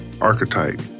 archetype